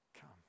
Come